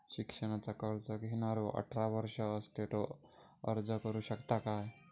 शिक्षणाचा कर्ज घेणारो अठरा वर्ष असलेलो अर्ज करू शकता काय?